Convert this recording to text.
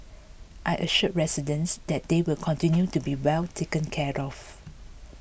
I assured residents that they will continue to be well taken care of